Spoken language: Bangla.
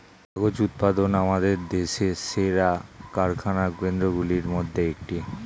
কাগজ উৎপাদন আমাদের দেশের সেরা কারখানা কেন্দ্রগুলির মধ্যে একটি